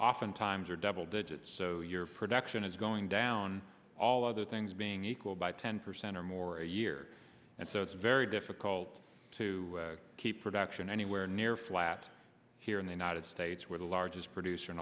oftentimes are double digits so your production is going down all other things being equal by ten percent or more a year and so it's very difficult to keep production anywhere near flat here in the united states where the largest producer in